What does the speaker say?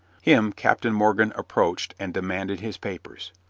him captain morgan approached and demanded his papers,